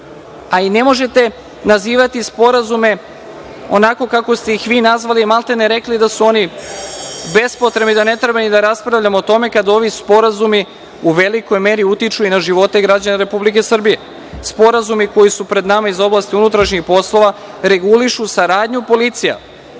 možete nazivati sporazume onako kako ste ih vi nazvali i maltene rekli da su oni bespotrebni, da ne treba ni da raspravljamo o tome kada ovi sporazumi u velikoj meri utiču na živote građane Republike Srbije. Sporazumi koji su pred nama iz oblasti unutrašnjih poslova regulišu saradnji policija